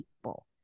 people